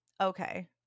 okay